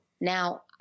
Now